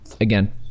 again